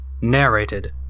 narrated